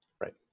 Right